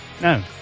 no